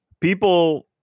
people